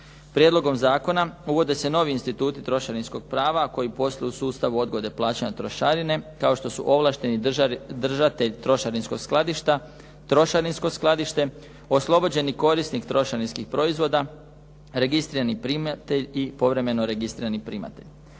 Prijedlogom zakona uvode se novi instituti trošarinskog prava koji posluju u sustavu odgode plaćanja trošarine, kao što su ovlašteni držatelji trošarinskog skladišta, trošarinsko skladište, oslobođeni korisnik trošarinskih proizvoda, registrirani primatelj i povremeno registrirani primatelj.